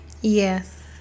Yes